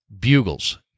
bugles